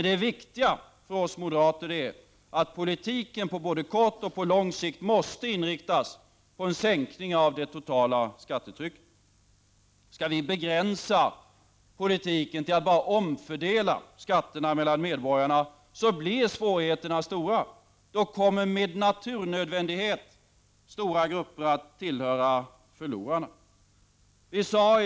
Det viktiga för oss moderater är emellertid att politiken på både kort och lång sikt inriktas på en sänkning av det totala skattetrycket. Om vi begränsar politiken så att vi bara omfördelar skatter mellan medborgarna, kommer svårigheterna att bli mycket stora. Stora grupper kommer då med naturnödvändighet att tillhöra förlorarna.